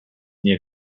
nie